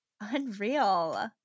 Unreal